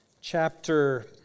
chapter